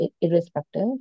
irrespective